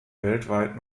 weltweit